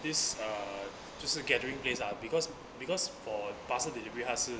this uh 就是 gathering place lah because because for parcel delivery 它是